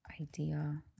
idea